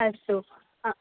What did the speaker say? अस्तु